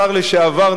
שר לשעבר,